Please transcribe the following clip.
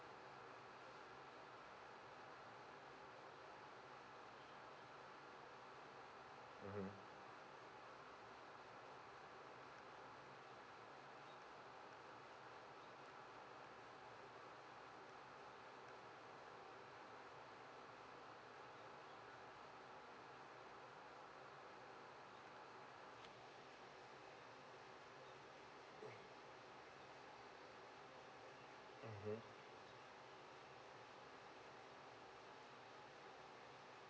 mmhmm mmhmm